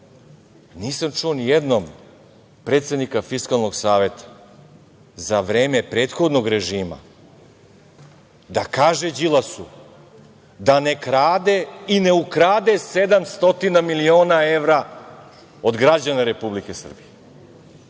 Nisam čuo ni jednom predsednika Fiskalnog saveta za vreme prethodnog režima da kaže Đilasu da ne krade i ne ukrade 700 miliona evra od građana Republike Srbije. Pazite,